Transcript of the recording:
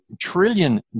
trillion